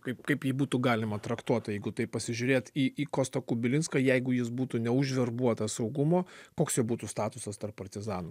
kaip kaip ji būtų galima traktuot jeigu taip pasižiūrėt į kostą kubilinską jeigu jis būtų neužverbuotas saugumo koks jo būtų statusas tarp partizanų